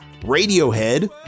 Radiohead